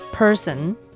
Person